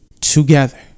Together